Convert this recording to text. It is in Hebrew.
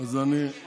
אז אני, מי ביקש?